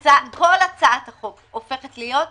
- כל הצעת החוק הופכת להיות תקציבית,